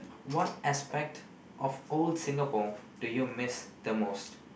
what aspect of old Singapore do you miss the most